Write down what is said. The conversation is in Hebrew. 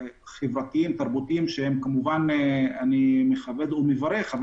חברתיים תרבותיים שאני מכבד ומברך עליהם,